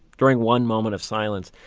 during one moment of silence,